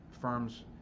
firms